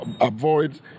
avoid